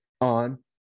on